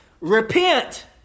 Repent